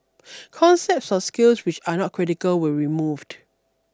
concepts or skills which are not critical were removed